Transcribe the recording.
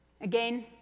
Again